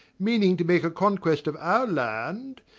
meaning to make a conquest of our land,